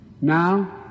Now